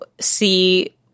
see—